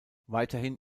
weiterhin